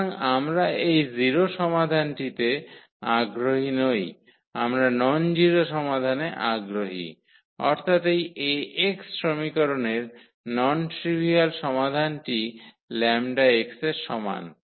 সুতরাং আমরা এই 0 সমাধানটিতে আগ্রহী নই আমরা ননজিরো সমাধানে আগ্রহী অর্থাৎ এই Ax সমীকরণের নন ট্রিভিয়াল সমাধানটি 𝜆𝑥 এর সমান